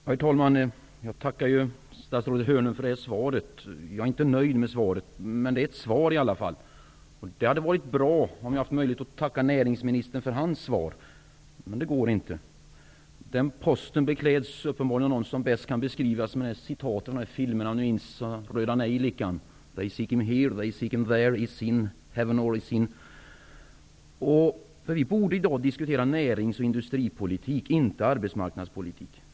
Herr talman! Jag tackar statsrådet Hörnlund för svaret. Jag är inte nöjd med det, men det är ett svar i alla fall. Det hade varit bra om jag hade haft möjlighet att tacka närningsministern för hans svar, men det går inte. Den posten bekläds uppenbarligen av någon som bäst kan beskrivas med ett citat från filmerna om Röda Nejlikan, om ni minns dem: ''They seek him here, they seek him there. Is he in heaven, is he in hell?'' Vi borde i dag diskutera närings och industripolitik, inte arbetsmarknadspolitik.